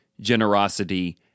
generosity